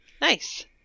Nice